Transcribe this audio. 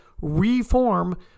reform